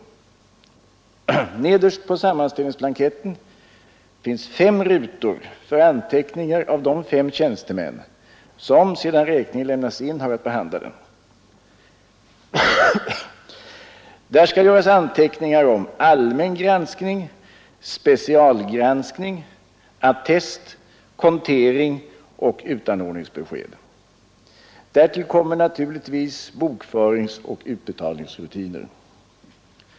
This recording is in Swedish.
Nederst på sammanställningsblanketten finns fem rutor för anteckningar av de fem tjänstemän som, sedan räkningen lämnats in, har att behandla den. Där skall göras anteckningar om allmän granskning, specialgranskning, attest, kontering och utanordningsbesked. Därtill kommer naturligtvis bokföringsoch utbetalningsrutiner.